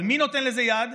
אבל מי נותן לזה יד?